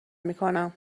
میکنم